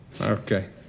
Okay